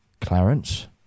Clarence